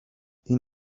این